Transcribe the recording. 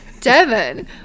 Devon